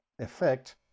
effect